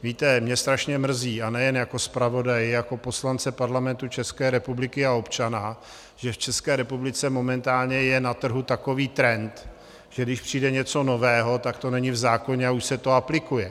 Víte, mě strašně mrzí, a nejen jako zpravodaje, ale i jako poslance Parlamentu České republiky a občana, že v České republice je momentálně na trhu takový trend, že když přijde něco nového, tak to není v zákoně a už se to aplikuje.